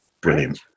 Brilliant